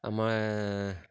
আমাৰ